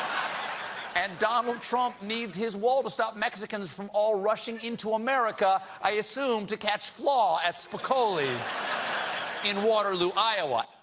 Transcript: and donald trump needs his wall to stop mexicans from all rushing in to america i assume to catch flaw at spicoli's in waterloo, iowa.